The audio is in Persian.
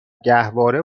گهواره